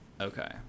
okay